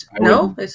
No